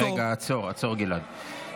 רגע, עצור, עצור, גלעד.